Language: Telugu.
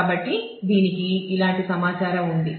కాబట్టి దీనికి ఇలాంటి సమాచారం ఉంది